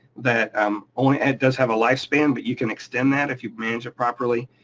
that um only. it does have a lifespan, but you can extend that if you manage it properly.